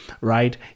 right